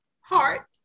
Heart